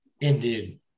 Indeed